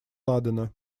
ладена